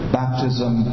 baptism